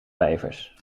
vijvers